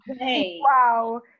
wow